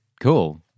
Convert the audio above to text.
cool